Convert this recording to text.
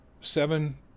seven